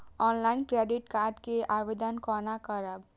Online credit card के आवेदन कोना करब?